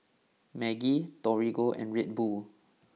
Maggi Torigo and Red Bull